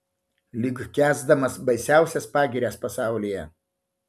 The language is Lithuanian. lyg kęsdamas baisiausias pagirias pasaulyje